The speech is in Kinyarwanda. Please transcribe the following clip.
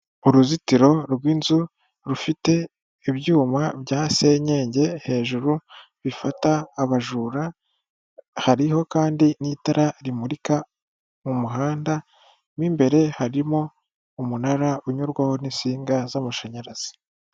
Uruzitiro rw'inzu rufite ibyuma bya senyenge hejuru bifata abajura, hariho kandi n'itara rimurika mu muhanda, mu imbere harimo umunara unyurwaho n'insinga z'amashanyarazi.